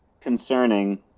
concerning